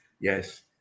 Yes